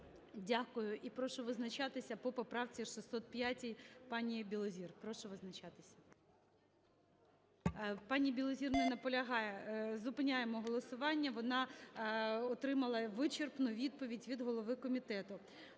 Дякую. І прошу визначатися по поправці 605 пані Білозір. Прошу визначатися. Пані Білозір не наполягає, зупиняємо голосування. Вона отримала вичерпну відповідь від голови комітету.